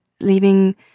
leaving